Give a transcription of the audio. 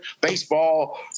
baseball